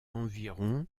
environ